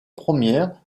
première